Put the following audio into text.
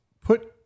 put